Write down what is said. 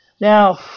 Now